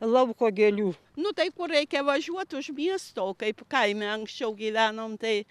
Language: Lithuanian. lauko gėlių nu tai kur reikia važiuot už miesto o kaip kaime anksčiau gyvenom tai